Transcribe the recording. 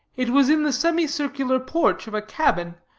it was in the semicircular porch of a cabin,